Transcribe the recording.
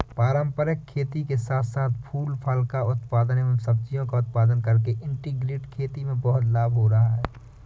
पारंपरिक खेती के साथ साथ फूल फल का उत्पादन एवं सब्जियों का उत्पादन करके इंटीग्रेटेड खेती से बहुत लाभ हो रहा है